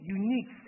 unique